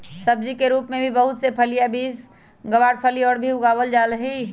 सब्जी के रूप में भी बहुत से फलियां, बींस, गवारफली और सब भी उगावल जाहई